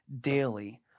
daily